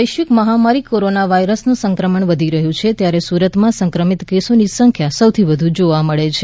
વૈશ્વિક મહામારી કોરોના વાયરસનું સંક્રમણ વધી રહ્યું છે ત્યારે સુરતમાં સંક્રમિત કેસોની સંખ્યા સૌધી વધુ જોવા મળે છે